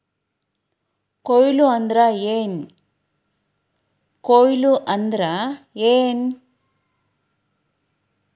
ಕೊಯ್ಲು ಅಂದ್ರ ಏನ್?